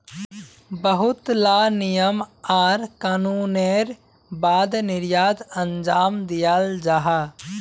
बहुत ला नियम आर कानूनेर बाद निर्यात अंजाम दियाल जाहा